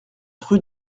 rue